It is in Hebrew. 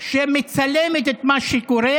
שמצלמת את מה שקורה,